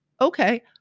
Okay